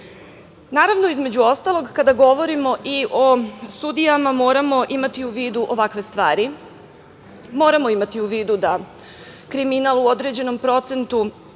firmi. Naravno, između ostalog, kada govorimo i o sudijama moramo imati u vidu ovakve stvari. Moramo imati u vidu da kriminal u određenom procentu